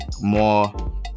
more